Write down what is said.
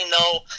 no